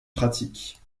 pratiques